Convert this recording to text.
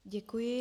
Děkuji.